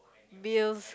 bills